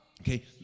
Okay